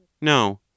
No